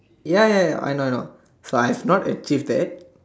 ya ya ya I know I know so I've not achieve that